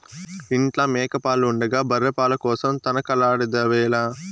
ఇంట్ల మేక పాలు ఉండగా బర్రె పాల కోసరం తనకలాడెదవేల